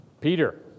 Peter